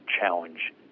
challenge